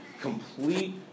complete